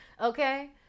okay